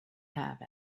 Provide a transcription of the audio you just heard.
have